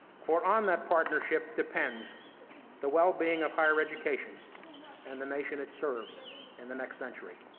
for on that partnership depends the well-being of higher education and the nation it serves in the next century.